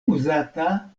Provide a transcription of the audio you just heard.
uzata